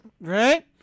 Right